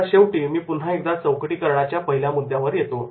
आता शेवटी मी पुन्हा एकदा चौकटी करण्याच्या पहिल्या मुद्द्यावर येतो